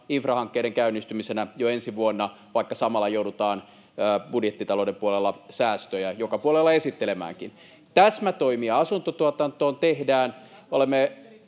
infrahankkeiden käynnistymisenä jo ensi vuonna, vaikka samalla joudutaan budjettitalouden puolella säästöjä joka puolella esittelemäänkin. Täsmätoimia asuntotuotantoon tehdään.